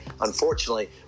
unfortunately